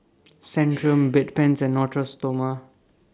Centrum Bedpans and Natura Stoma